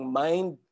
mind